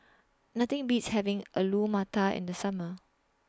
Nothing Beats having Alu Matar in The Summer